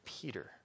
Peter